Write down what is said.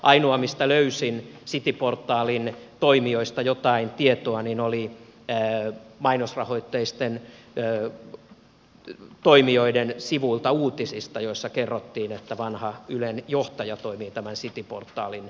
ainoa paikka mistä löysin cityportalin toimijoista jotain tietoa oli mainosrahoitteisten toimijoiden sivuilta uutisista joissa kerrottiin että vanha ylen johtaja toimii tämän cityportalin johdossa